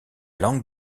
langue